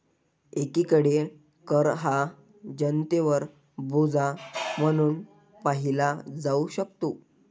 एकीकडे कर हा जनतेवर बोजा म्हणून पाहिला जाऊ शकतो